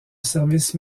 service